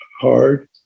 hard